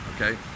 okay